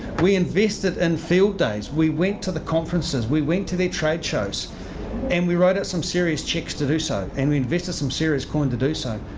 we invested in and field days. we went to the conferences. we went to their trade shows and we wrote out some serious cheques to do so, and we invested some serious coin to do so.